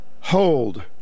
hold